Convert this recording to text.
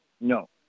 No